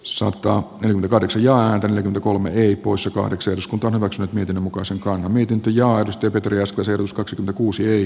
sotkan karsijaan ja kolme ii poissa kahdeksan eduskunta maksaa netin mukaan se mukaan miten te jo oi tyypit ryöstö seruskaksi kuusi